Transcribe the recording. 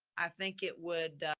i think it would